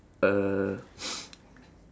uh